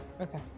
Okay